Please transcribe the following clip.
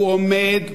הוא עומד,